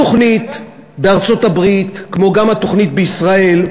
התוכנית בארצות-הברית, כמו גם התוכנית בישראל,